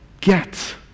get